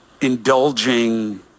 indulging